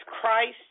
Christ